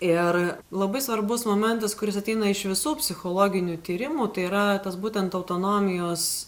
ir labai svarbus momentas kuris ateina iš visų psichologinių tyrimų tai yra tas būtent autonomijos